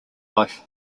life